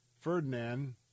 Ferdinand